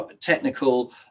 technical